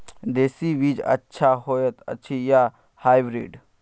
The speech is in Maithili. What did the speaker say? देसी बीज अच्छा होयत अछि या हाइब्रिड?